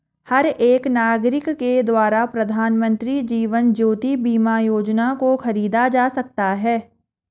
हर एक नागरिक के द्वारा प्रधानमन्त्री जीवन ज्योति बीमा योजना को खरीदा जा सकता है